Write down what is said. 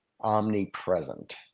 omnipresent